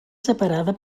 separada